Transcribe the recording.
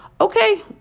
okay